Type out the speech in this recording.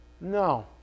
No